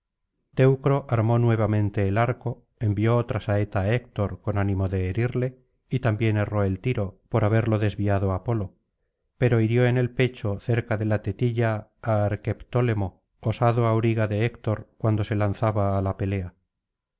armó nuevamente el arco envió otra saeta á héctor con ánimo de herirle y también erró el tiro por haberlo desviado apolo pero hirió en el pecho cerca de la tetilla á arqueptólemo osado auriga de héctor cuando sé lanzaba á la pelea